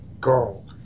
girl